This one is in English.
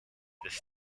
this